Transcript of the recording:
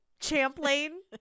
Champlain